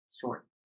short